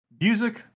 music